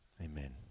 Amen